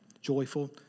joyful